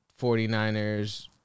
49ers